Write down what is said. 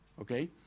okay